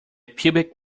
pubic